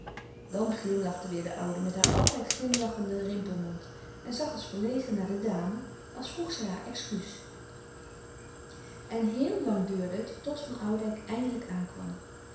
dan glimlachte weêr de oude met haar altijd glimlachenden rimpelmond en zag als verlegen naar de dame als vroeg zij haar excuus en heel lang duurde het tot van oudijck eindelijk aankwam